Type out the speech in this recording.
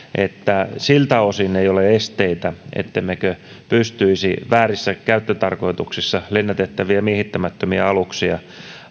että siltä osin ei ole esteitä ettemmekö pystyisi väärissä käyttötarkoituksissa lennätettäviä miehittämättömiä aluksia